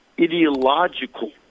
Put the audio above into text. ideological